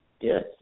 Yes